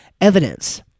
evidence